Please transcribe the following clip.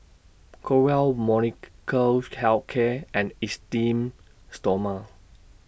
Growell Molnylcke Health Care and Esteem Stoma